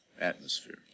Atmosphere